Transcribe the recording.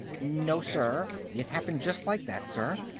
no, sir. it happened just like that, sir.